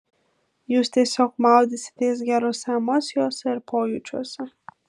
jūs tiesiog maudysitės gerose emocijose ir pojūčiuose